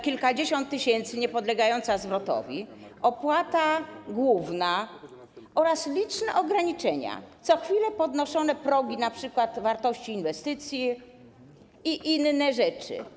Kilkadziesiąt tysięcy niepodlegające zwrotowi, opłata główna oraz liczne ograniczenia, co chwilę podnoszone progi, np. wartości inwestycji, i inne rzeczy.